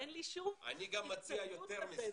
אין לי שום התנגדות לזה,